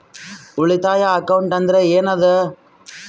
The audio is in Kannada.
ಉಳಿತಾಯ ಅಕೌಂಟ್ ಅಂದ್ರೆ ಏನ್ ಅದ?